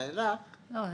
ואילך --- לא,